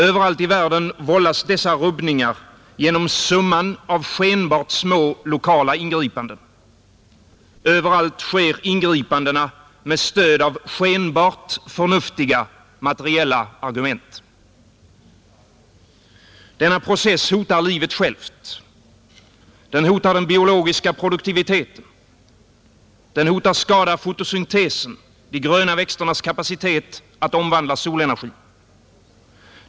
Överallt i världen vållas dessa rubbningar genom summan av skenbart små lokala ingripanden. Överallt sker ingripandena med stöd av skenbart förnuftiga, materiella argument. Denna process hotar livet självt. Den hotar den biologiska produktiviteten. Den hotar skada fotosyntesen, de gröna växternas kapacitet att omvandla solenergi.